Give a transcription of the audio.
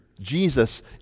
Jesus